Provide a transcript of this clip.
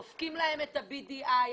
דופקים להם את ה-BDI,